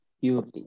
purely